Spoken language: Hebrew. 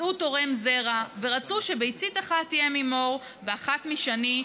מצאו תורם זרע ורצו שביצית אחת תהיה ממור ואחת משני.